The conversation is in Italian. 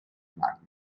magma